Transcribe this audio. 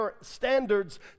standards